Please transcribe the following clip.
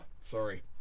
Sorry